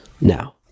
now